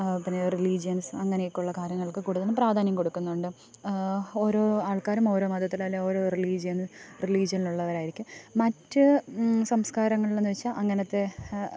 പിന്നെ റിലീജിയൻസ് അങ്ങനെയൊക്കെയുള്ള കാര്യങ്ങൾക്ക് കൂടുതലും പ്രാധാന്യം കൊടുക്കുന്നുണ്ട് ഓരോ ആൾക്കാരും ഓരോ മതത്തിലല്ലേ ഓരോ റിലീജിയൺ റിലീജിയണിൽ ഉള്ളവരായിരിക്കും മറ്റ് സംസ്കാരങ്ങൾ എന്ന് വെച്ചാൽ അങ്ങനത്തെ